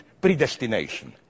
predestination